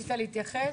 רצית להתייחס?